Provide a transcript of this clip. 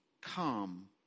calm